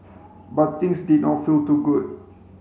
but things did not feel too good